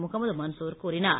முகமது மன்சூர் கூறினார்